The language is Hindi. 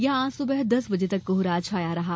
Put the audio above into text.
यहां आज सुबह दस बजे तक कोहरा छाया रहा